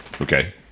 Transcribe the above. okay